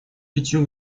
пятью